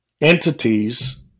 entities